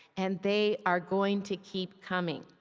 and they are going to keep coming.